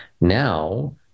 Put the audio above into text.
Now